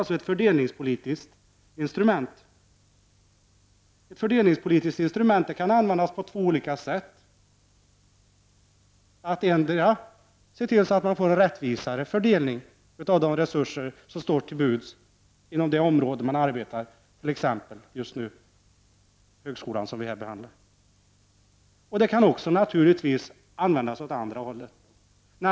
Utbildningspolitiken är alltså ett fördelningspolitiskt instrument som kan användas på två olika sätt. Endera kan man se till att få en rättvisare fördelning av de resurser som står till buds inom det område där man arbetar, t.ex. högskolan just nu, som vi talar om. Naturligtvis kan det också användas åt andra hållet.